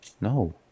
No